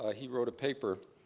ah he wrote a paper,